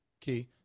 Key